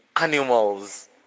animals